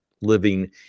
living